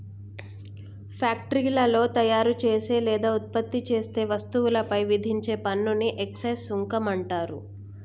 ఫ్యాక్టరీలో తయారుచేసే లేదా ఉత్పత్తి చేసే వస్తువులపై విధించే పన్నుని ఎక్సైజ్ సుంకం అంటరు